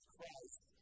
Christ